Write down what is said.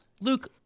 Luke